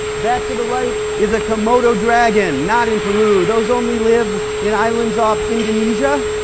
that to the right is a komodo dragon, not in peru. those only live in islands off indonesia.